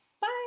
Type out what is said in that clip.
bye